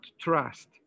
trust